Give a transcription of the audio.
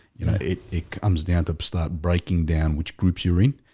you know, it it comes the antep start breaking down which groups you're in?